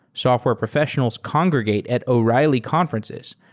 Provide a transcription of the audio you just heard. software professionals congregate at o'reilly conferences.